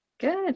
Good